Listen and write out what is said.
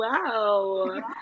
Wow